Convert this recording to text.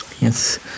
Yes